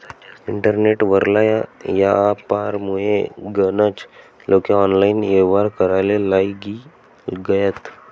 internet वरला यापारमुये गनज लोके ऑनलाईन येव्हार कराले लागी गयात